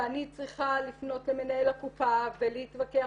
ואני צריכה לפנות למנהל הקופה ולהתווכח